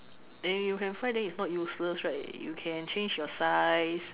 and if you can fly then it's not useless right you can change your size